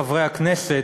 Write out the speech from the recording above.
חברי הכנסת,